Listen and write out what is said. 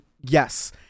yes